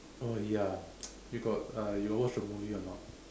oh ya you got uh you got watch the movie or not